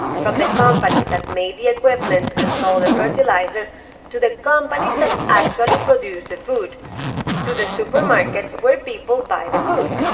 from the companies that made the equipment and sold the fertilizer to the companies that actually produced the food to the supermarkets where people buy the food.